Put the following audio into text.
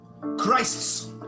Christ's